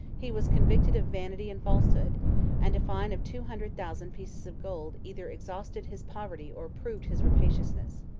he was convicted of vanity and falsehood and a fine of two hundred thousand pieces of gold either exhausted his poverty or proved his rapaciousness.